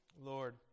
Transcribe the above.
Lord